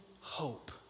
hope